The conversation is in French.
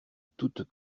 toutes